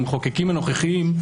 המחוקקים הנוכחיים,